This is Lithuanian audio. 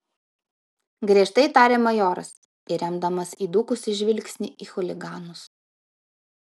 griežtai tarė majoras įremdamas įdūkusį žvilgsnį į chuliganus